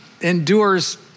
endures